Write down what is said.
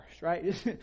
right